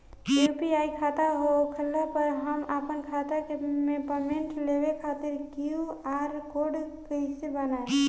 UPI खाता होखला मे हम आपन खाता मे पेमेंट लेवे खातिर क्यू.आर कोड कइसे बनाएम?